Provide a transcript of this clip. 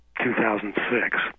2006